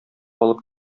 алып